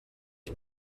ich